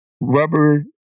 rubber